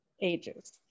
ages